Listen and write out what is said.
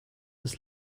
das